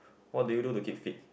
what do you do to keep fit